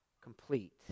complete